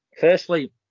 Firstly